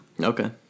Okay